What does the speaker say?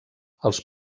els